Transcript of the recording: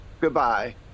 Goodbye